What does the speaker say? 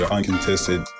Uncontested